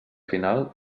final